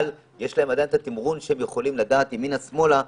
אבל יש להם מרחב תמרון לדעת ימינה או שמאלה.